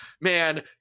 man